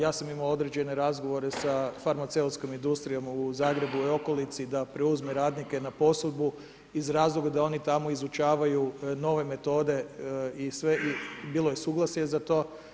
Ja sam imao određene razgovore sa farmaceutskom industrijom u Zagrebu i okolici da preuzme radnike na posudbu iz razloga da oni tamo izučavaju nove metode i bilo je suglasje za to.